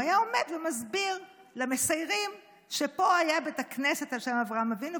הוא היה עומד ומסביר למסיירים שפה היה בית כנסת על שם אברהם אבינו,